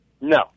No